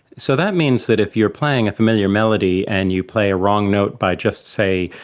so that means that if you are playing a familiar melody and you play a wrong note by just, say,